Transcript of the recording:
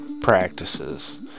practices